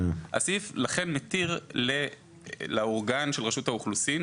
לכן הסעיף מתיר לאורגן של רשות האוכלוסין,